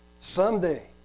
someday